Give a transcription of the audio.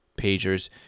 pagers